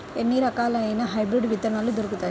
ఎన్ని రకాలయిన హైబ్రిడ్ విత్తనాలు దొరుకుతాయి?